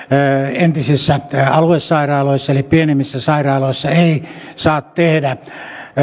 entisissä aluesairaaloissa eli pienemmissä sairaaloissa ei saa tehdä